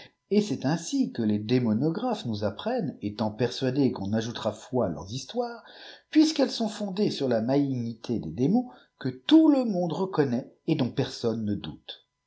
et c'est aussi ce que les démonagraphes nous apprennent étant persuadés qu'on ajoutera foi à leurs histoires puisqu'elles sont fondées sur la malignité des démons que tout le monde reconnaît et dont personne ne doute